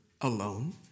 Alone